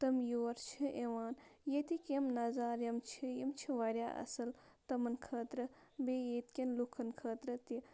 تِم یور چھِ یِوان ییٚتِکۍ یِم نَظارٕ یِم چھِ یِم چھِ واریاہ اَصٕل تِمَن خٲطرٕ بیٚیہِ ییٚتہِ کٮ۪ن لُکَن خٲطرٕ تہِ